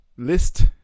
List